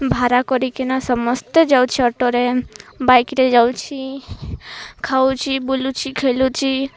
ଭାରା କରିକିନା ସମସ୍ତେ ଯାଉଛି ଅଟୋରେ ବାଇକ୍ରେ ଯାଉଛି ଖାଉଛି ବୁଲୁଛି ଖେଲୁଛି